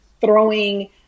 throwing